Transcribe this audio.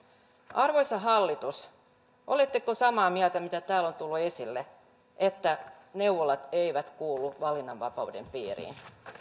arvoisa hallitus oletteko samaa mieltä mitä täällä on tullut esille että neuvolat eivät kuulu valinnanvapauden piiriin